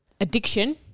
addiction